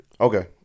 Okay